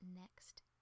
next